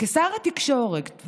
"כשר התקשורת,